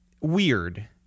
weird